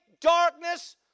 darkness